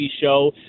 show